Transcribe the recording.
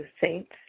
saints